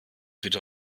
bitte